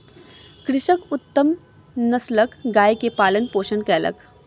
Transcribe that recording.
कृषक उत्तम नस्लक गाय के पालन पोषण कयलक